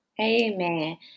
Amen